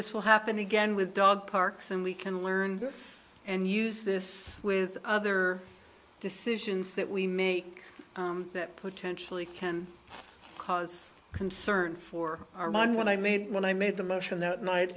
this will happen again with dog parks and we can learn and use this with other decisions that we make that potentially can cause concern for our mind when i made when i made the motion that night